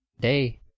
day